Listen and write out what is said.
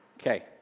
Okay